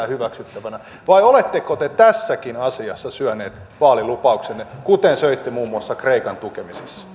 hyväksyttävinä vai oletteko te tässäkin asiassa syöneet vaalilupauksenne kuten söitte muun muassa kreikan tukemisessa